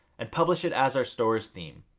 and publish it as our stores theme.